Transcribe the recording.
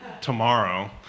tomorrow